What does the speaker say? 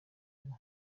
ubu